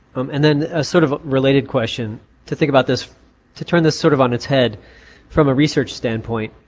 and then a sort of related question to think about this to turn this sort of on its head from a research standpoint.